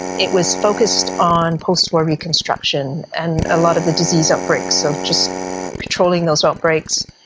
it was focused on post-war reconstruction and a lot of the disease outbreaks, so just controlling those outbreaks,